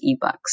ebooks